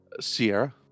Sierra